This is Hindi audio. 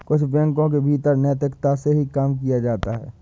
कुछ बैंकों के भीतर नैतिकता से ही काम किया जाता है